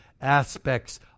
aspects